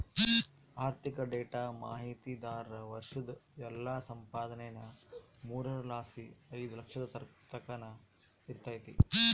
ಆರ್ಥಿಕ ಡೇಟಾ ಮಾಹಿತಿದಾರ್ರ ವರ್ಷುದ್ ಎಲ್ಲಾ ಸಂಪಾದನೇನಾ ಮೂರರ್ ಲಾಸಿ ಐದು ಲಕ್ಷದ್ ತಕನ ಇರ್ತತೆ